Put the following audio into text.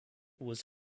was